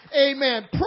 Amen